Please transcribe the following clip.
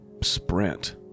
sprint